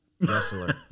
wrestler